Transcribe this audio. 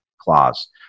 clause